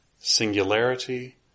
singularity